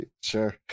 Sure